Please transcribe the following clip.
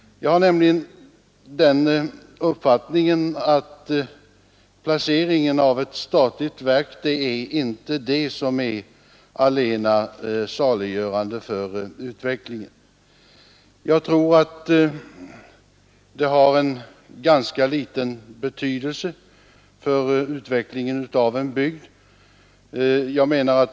Jag har också uppfattningen att detta inte är det allena saliggörande. Jag tror att det har ganska liten betydelse för utvecklingen av en bygd.